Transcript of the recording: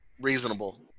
reasonable